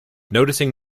noticing